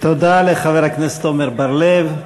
תודה לחבר הכנסת עמר בר-לב.